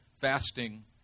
fasting